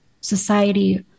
society